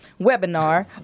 webinar